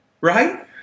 right